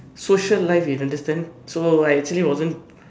social life you understand so I actually wasn't